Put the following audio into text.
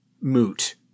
moot